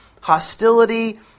hostility